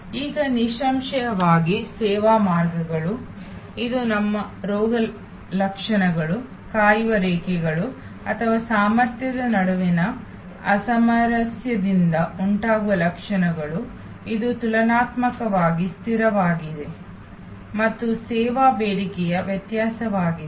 ಈಗ ನಿಸ್ಸಂಶಯವಾಗಿ ಸೇವಾ ಮಾರ್ಗಗಳು ಇದು ನಮ್ಮ ರೋಗಲಕ್ಷಣಗಳು ಕಾಯುವ ರೇಖೆಗಳು ಅಥವಾ ಸಾಮರ್ಥ್ಯದ ನಡುವಿನ ಅಸಾಮರಸ್ಯದಿಂದ ಉಂಟಾಗುವ ಲಕ್ಷಣಗಳು ಇದು ತುಲನಾತ್ಮಕವಾಗಿ ಸ್ಥಿರವಾಗಿದೆ ಮತ್ತು ಸೇವಾ ಬೇಡಿಕೆಯ ವ್ಯತ್ಯಾಸವಾಗಿದೆ